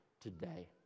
today